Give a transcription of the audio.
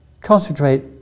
concentrate